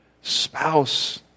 spouse